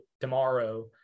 tomorrow